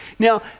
Now